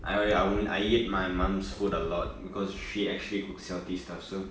I I will I ate my mum's food a lot because she actually cooks healthy stuff so